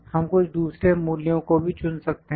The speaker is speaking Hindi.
हम कुछ दूसरे मूल्यों को भी चुन सकते हैं